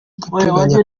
duteganya